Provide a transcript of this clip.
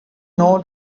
know